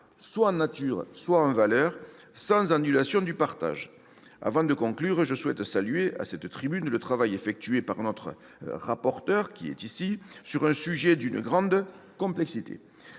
soit en nature, soit en valeur, sans annulation du partage. Avant de conclure, je souhaite saluer, à cette tribune, le travail effectué par notre rapporteur sur un sujet d'une grande complexité.